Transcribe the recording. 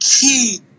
key